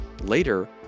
Later